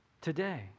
today